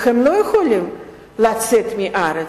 והם לא יכולים לצאת מהארץ,